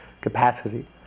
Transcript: capacity